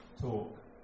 talk